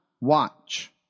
watch